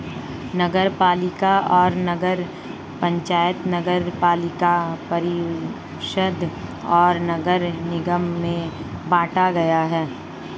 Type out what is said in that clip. नगरपालिका को नगर पंचायत, नगरपालिका परिषद और नगर निगम में बांटा गया है